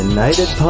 United